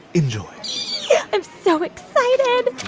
enjoy i'm so excited